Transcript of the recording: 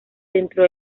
dentro